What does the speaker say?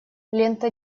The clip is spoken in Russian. лента